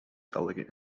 elegant